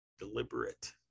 deliberate